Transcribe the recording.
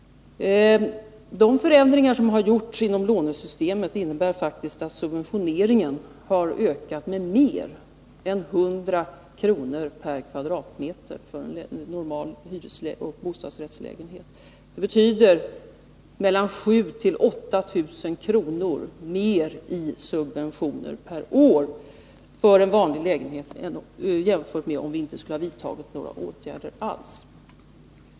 De förändringar som har gjorts inom lånesystemet innebär faktiskt att subventioneringen har ökat med mer än 100 kr. per kvadratmeter för en normal hyreseller bostadsrättslägenhet. Det betyder mellan 7 000 och 8 000 kr. mer i subventioner per år för en vanlig lägenhet än om vi inte skulle ha vidtagit några åtgärder alls.